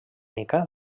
mica